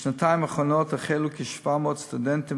בשנתיים האחרונות החלו כ-700 סטודנטים